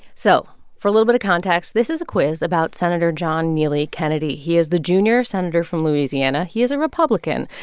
so for a little bit of context, this is a quiz about senator john neely kennedy. he is the junior senator from louisiana. he is a republican.